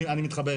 אני אסביר לך.